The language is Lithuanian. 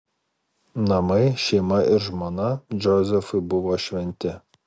namai šeima ir žmona džozefui buvo šventi